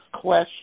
question